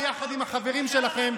ביחד עם החברים שלכם,